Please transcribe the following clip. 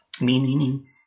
meaning